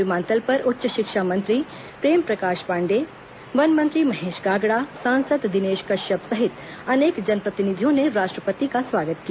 विमानतल पर उच्च शिक्षा मंत्री प्रेमप्रकाश पांडेय वन मंत्री महेश गागड़ा सांसद दिनेश कश्यप सहित अनेक जनप्रतिनिधियों ने राष्ट्रपति का स्वागत किया